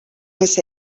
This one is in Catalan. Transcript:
més